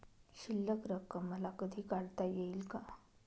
शिल्लक रक्कम मला कधी काढता येईल का?